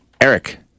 Eric